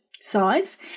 size